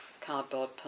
cardboard